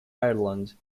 ireland